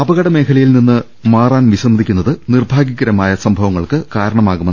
അപകടമേഖലയിൽ നിന്ന് മാറാൻ വിസമ്മതിക്കുന്നത് നിർഭാ ഗ്യകരമായ സംഭവങ്ങൾക്ക് കാരണമാകും